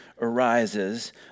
arises